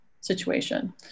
situation